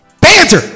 Banter